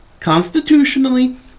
constitutionally